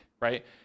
right